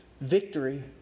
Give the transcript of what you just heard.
victory